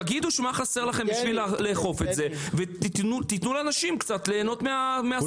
תגידו מה חסר לכם בשביל לאכוף את זה ותיתנו לאנשים ליהנות מהספורט הזה.